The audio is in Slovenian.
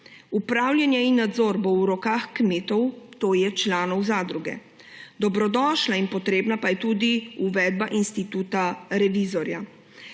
Upravljanje in nadzor bo v rokah kmetov, to je članov zadruge. Dobrodošla in potrebna pa je tudi uvedba instituta revizorja.